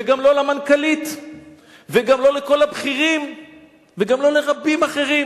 וגם לא למנכ"לית וגם לא לכל הבכירים וגם לא לרבים אחרים.